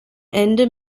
ende